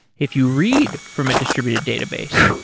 if you read from a distributed database,